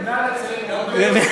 נא לציין שזה עיתון "המודיע".